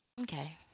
okay